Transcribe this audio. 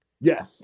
Yes